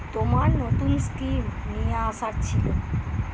তোমার নতুন স্কিম নিয়ে আসার ছিল